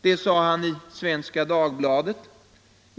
Det sade han i Svenska Dagbladet.